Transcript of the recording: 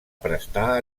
prestar